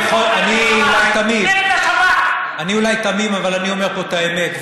אני אולי תמים, אבל אני אומר פה את האמת.